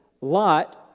Lot